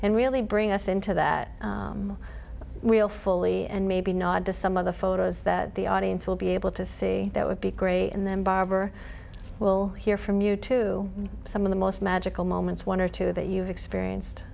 and really bring us into that we'll fully and maybe nod to some of the photos that the audience will be able to see that would be great and then barber will hear from you to some of the most magical moments one or two that you've experienced